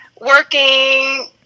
working